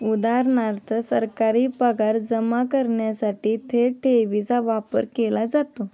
उदा.सरकारी पगार जमा करण्यासाठी थेट ठेवीचा वापर केला जातो